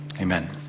Amen